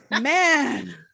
man